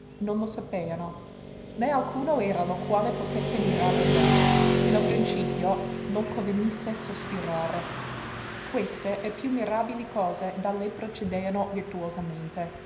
non lo sapeano né alcuno era lo quale potesse mirare lei che nel principio nol convenisse sospirare queste e più mirabili cose da lei procedeano virtuosamente